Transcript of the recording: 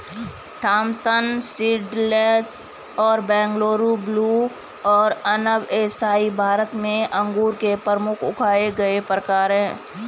Thompson seedless और Bangalore blue और अनब ए शाही भारत में अंगूर के प्रमुख उगाए गए प्रकार हैं